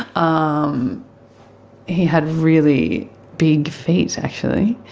um he had really big feet actually.